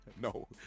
No